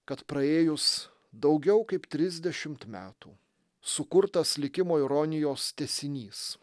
kad praėjus daugiau kaip trisdešimt metų sukurtas likimo ironijos tęsinys